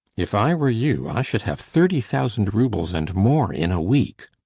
if i were you i should have thirty thousand roubles and more in a week.